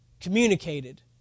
communicated